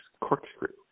corkscrew